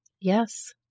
Yes